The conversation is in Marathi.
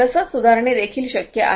रसद सुधारणे देखील शक्य आहे